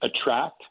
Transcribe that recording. attract